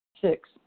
Six